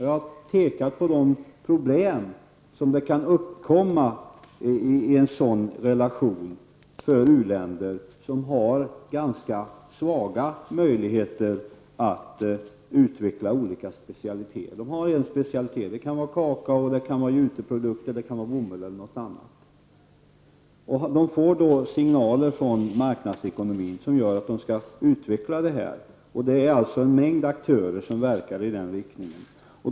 Jag har pekat på de problem som kan uppkomma i en sådan relation för u-länder som har ganska svaga möjligheter att utveckla olika specialiteter. De har ofta en inriktning, det kan vara på kakao, juteprodukter, bomull eller något annat. De får då signaler från marknadsekonomin om att de skall utveckla detta. En mängd aktörer verkar i den riktningen.